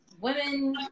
women